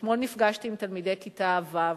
אתמול נפגשתי עם תלמידי כיתה ו'